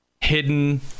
hidden